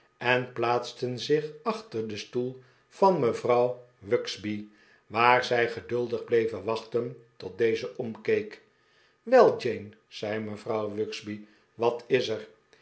en plaatsten zich a chter den stoel van mevrouw wugsby waar zij geduldig bleven wachten tot deze omkeek wel jane zei mevrouw wugsby wat is er